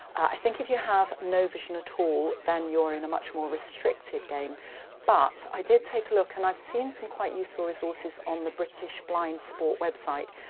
i think if you have no vision at all, then you're in a much more restricted game but i did take a look and i've seen some quite useful resources on the british blind sport website,